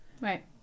right